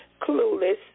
Clueless